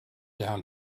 down